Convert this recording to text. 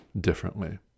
differently